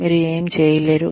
మీరు ఏమి చేయలేరు